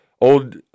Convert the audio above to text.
old